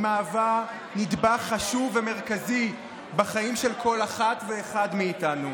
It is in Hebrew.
היא מהווה נדבך חשוב ומרכזי בחיים של כל אחת ואחד מאיתנו,